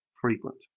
frequent